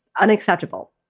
unacceptable